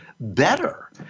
Better